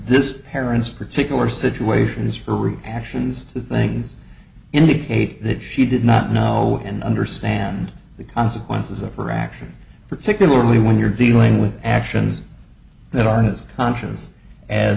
this parents particular situation is for root actions two things indicate that she did not know and understand the consequences of her actions particularly when you're dealing with actions that aren't as conscious as